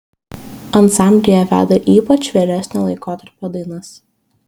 ansamblyje veda ypač vėlesnio laikotarpio dainas